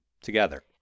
together